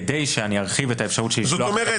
כדי שארחיב את האפשרות של לשלוח אותם בפעם אחת --- זאת אומרת,